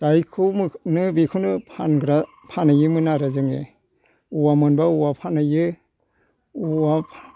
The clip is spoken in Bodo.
जायखौ मोनो बिखौनो फानग्रा फानहैयोमोन आरो जोङो औवा मोनबा औवा फानहैयो औवा